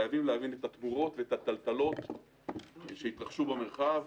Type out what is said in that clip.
חייבים להבין את התמורות ואת הטלטלות שהתרחשו במרחב,